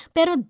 Pero